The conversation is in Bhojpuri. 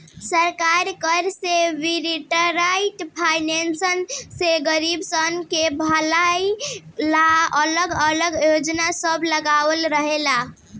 सरकार कर से बिटोराइल पईसा से गरीबसन के भलाई ला अलग अलग योजना सब लगावत रहेला